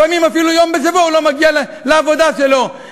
לפעמים אפילו יום בשבוע הוא לא מגיע לעבודה שלו,